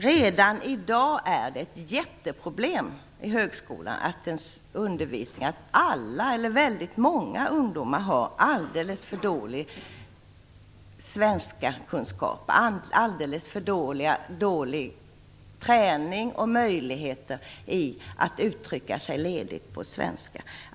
Redan i dag är det ett jätteproblem i högskolans undervisning att väldigt många ungdomar har alldeles för dåliga svenskkunskaper, alldeles för dålig träning och alldeles få möjligheter att uttrycka sig ledigt på svenska.